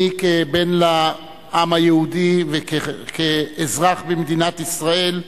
אני, כבן לעם היהודי וכאזרח במדינת ישראל,